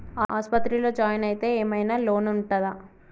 ఆస్పత్రి లో జాయిన్ అయితే ఏం ఐనా లోన్ ఉంటదా?